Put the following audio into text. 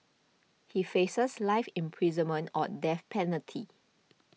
he faces life imprisonment or death penalty